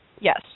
Yes